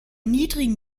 niedrigen